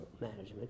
management